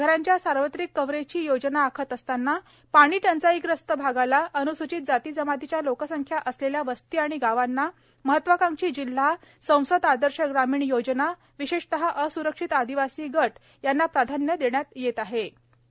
घरांच्या सार्वत्रिक कव्हरेजची योजना आखत असताना पाणी टंचाईग्रस्त भागाला अन्सूचित जातीजमातीच्या लोकसंख्या असलेल्या वस्ती आणि गावांना महत्वाकांक्षी जिल्हा संसद आदर्श ग्रामीण योजना विशेषतः अस्रक्षित आदिवासी गट यांना प्राधान्य दिले जाते